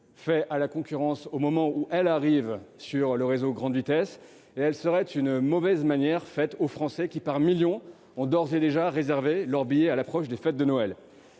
fait à la concurrence, au moment où celle-ci arrive sur le réseau grande vitesse, et serait une mauvaise manière faite aux Français, qui, par millions, ont d'ores et déjà réservé leur billet à l'approche des fêtes de Noël.